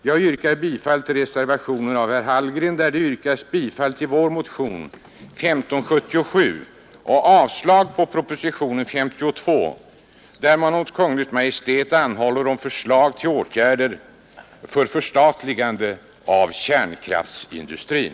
Jag yrkar bifall till reservationen av herr Hallgren, som går ut på att riksdagen med bifall till vår motion 1577 skall avslå propositionen 52 och hos Kungl. Maj:t anhålla om förslag till åtgärder för förstatligande av kärnkraftindustrin.